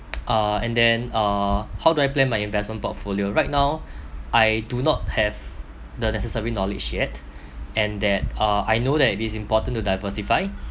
uh and then uh how do I plan my investment portfolio right now I do not have the necessary knowledge yet and that uh I know that it is important to diversify